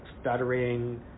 stuttering